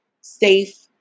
safe